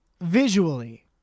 visually